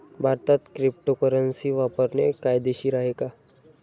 भारतात क्रिप्टोकरन्सी वापरणे कायदेशीर आहे का?